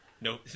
no